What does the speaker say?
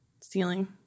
ceiling